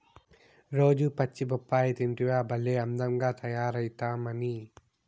రోజూ పచ్చి బొప్పాయి తింటివా భలే అందంగా తయారైతమ్మన్నీ